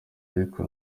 ariko